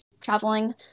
traveling